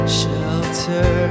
shelter